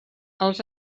els